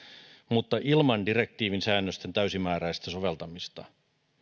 mutta ilman direktiivin säännösten täysimääräistä soveltamista